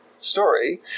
story